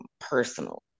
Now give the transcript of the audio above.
Personal